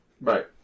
Right